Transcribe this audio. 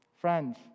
Friends